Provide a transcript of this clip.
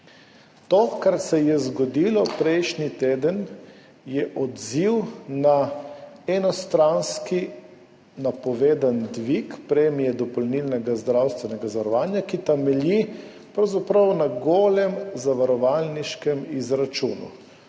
To, kar se je zgodilo prejšnji teden, je odziv na enostranski napovedan dvig premije dopolnilnega zdravstvenega zavarovanja, ki temelji pravzaprav na golem zavarovalniškem izračunu